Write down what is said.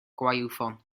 gwaywffon